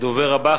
הדובר הבא,